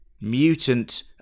mutant